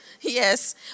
Yes